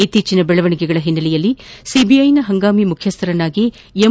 ಇತ್ತೀಚಿನ ಬೆಳವಣಿಗೆಗಳ ಹಿನ್ನೆಲೆಯಲ್ಲಿ ಸಿಬಿಐನ ಹಂಗಾಮಿ ಮುಖ್ಯಸ್ಥರನ್ನಾಗಿ ಎಂ